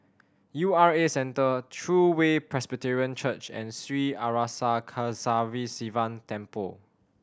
U R A Centre True Way Presbyterian Church and Sri Arasakesari Sivan Temple